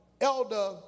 Elder